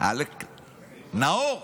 עלק נאור,